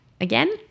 again